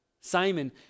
Simon